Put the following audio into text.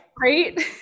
right